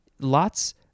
lots